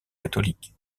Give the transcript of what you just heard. catholique